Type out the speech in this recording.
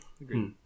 agreed